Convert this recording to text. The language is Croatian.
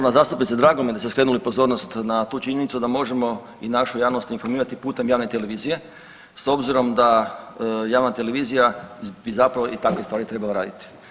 Poštovana zastupnice drago mi je da ste skrenuli pozornost na tu činjenicu da možemo i našu javnost informirati putem javne televizije s obzirom da javna televizija bi zapravo i takve stvari trebala raditi.